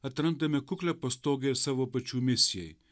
atrandame kuklią pastogę ir savo pačių misijai